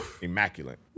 Immaculate